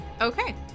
Okay